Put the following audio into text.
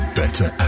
better